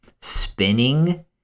spinning